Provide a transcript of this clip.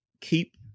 keep